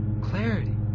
Clarity